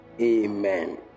Amen